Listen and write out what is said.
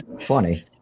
funny